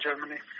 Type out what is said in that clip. Germany